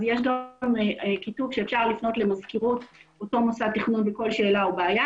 יש גם כיתוב שאפשר לפנות למזכירות אותו מוסד תכנון בכל שאלה ובעיה.